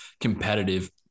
competitive